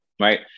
right